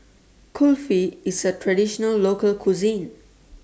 Kulfi IS A Traditional Local Cuisine